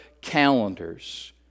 calendars